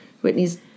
Whitney's